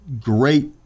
great